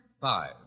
Five